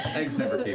eggs never